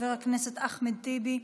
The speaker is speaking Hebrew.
חבר הכנסת אחמד טיבי.